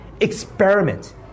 experiment